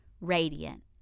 radiant